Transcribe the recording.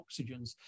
oxygens